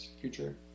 future